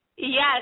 Yes